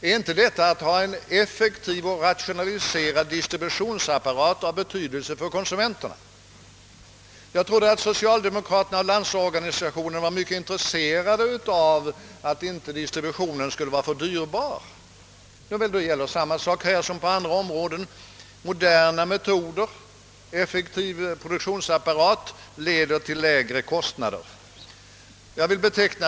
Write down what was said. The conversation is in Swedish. är inte detta att ha en effektiv och rationaliserad distributionsapparat av betydelse för konsumenterna? Jag trodde att socialdemokraterna och LO var mycket intresserade av att distributionen inte är för dyrbar. Och det gäller här som på andra områden: moderna metoder och effektiv produktionsapparat leder till lägre kostnader.